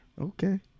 Okay